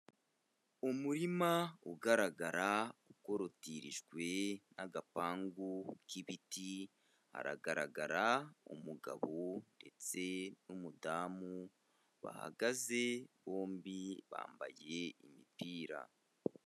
Umurima ugaragara ukorotirijwe nagapangu k'ibiti, hagaragara umugabo ndetse n'umudamu bahagaze bombi bambaye imipira.